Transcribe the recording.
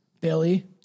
Billy